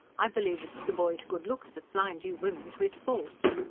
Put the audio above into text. i believe it's the boy's good looks that blind you women to his faults.